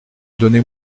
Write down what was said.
donnez